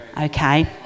okay